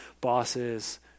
bosses